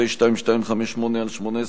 פ/2258/18,